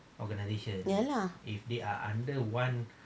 ya lah